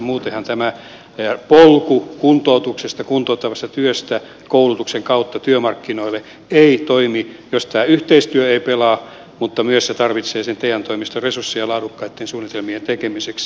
muutenhan tämä polku kuntoutuksesta kuntouttavasta työstä koulutuksen kautta työmarkkinoille ei toimi jos tämä yhteistyö ei pelaa mutta se tarvitsee myös te toimiston resursseja laadukkaitten suunnitelmien tekemiseksi